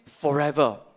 forever